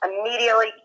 immediately